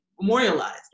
memorialized